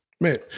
Man